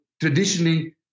traditionally